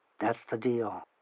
that's the deal.